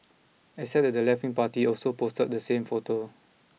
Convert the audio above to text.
except that the leftwing party also posted the same photo